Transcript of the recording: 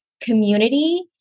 community